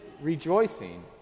rejoicing